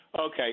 Okay